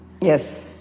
Yes